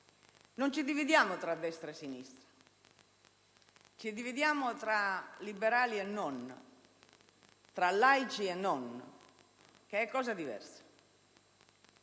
Non ci dividiamo tra destra e sinistra, ma ci dividiamo tra liberali e non, tra laici e non (che è cosa diversa),